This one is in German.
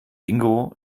ingo